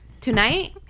tonight